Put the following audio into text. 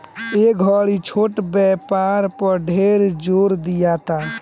ए घड़ी छोट व्यापार पर ढेर जोर दियाता